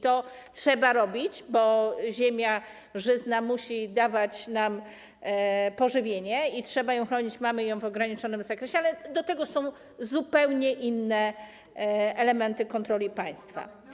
To trzeba robić, bo ziemia żyzna musi dawać nam pożywienie i trzeba ją chronić, mamy ją w ograniczonym zakresie, ale do tego są zupełnie inne elementy kontroli państwa.